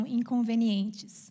inconvenientes